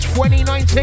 2019